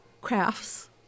crafts